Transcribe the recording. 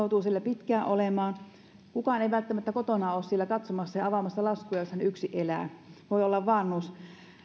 joutuu siellä pitkään olemaan kukaan ei välttämättä kotona ole katsomassa ja avaamassa laskuja jos hän yksin elää voi olla vanhus